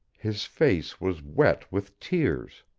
his face was wet with tears,